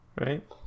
right